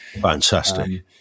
Fantastic